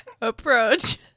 approach